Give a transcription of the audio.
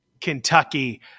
kentucky